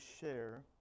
share